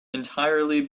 entirely